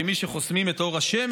כמי שחוסמים את אור השמש,